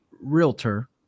realtor